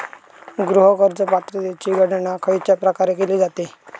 गृह कर्ज पात्रतेची गणना खयच्या प्रकारे केली जाते?